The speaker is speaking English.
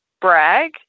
brag